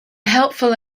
helpful